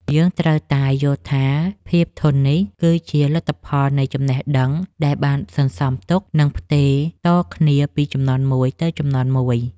យើងត្រូវតែយល់ថាភាពធន់នេះគឺជាលទ្ធផលនៃចំណេះដឹងដែលបានសន្សំទុក និង ផ្ទេរតគ្នាពីជំនាន់មួយទៅជំនាន់មួយ។